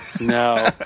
No